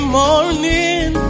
morning